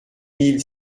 mille